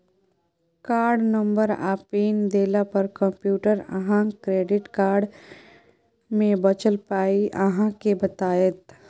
card number आ PIN देला पर कंप्यूटर अहाँक क्रेडिट कार्ड मे बचल पाइ अहाँ केँ बताएत